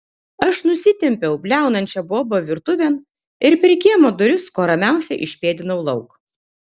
aš nusitempiau bliaunančią bobą virtuvėn ir per kiemo duris kuo ramiausiai išpėdinau lauk